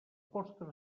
postres